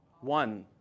One